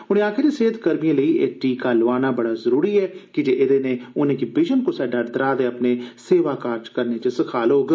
उनें आक्खेआ जे सेहतकर्मिएं लेई एह टीका लोआना बड़ा जरुरी ऐ कीजे एदे नै उनेंगी बिजन कुसै डर त्राह दे अपने सेवा कार्ज करने च सखाल होग